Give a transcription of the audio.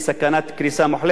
הוועדה הזאת,